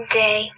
day